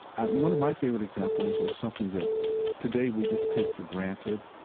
one of my favorite examples is something that today we just take for granted.